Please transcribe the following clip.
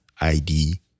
ID